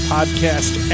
Podcast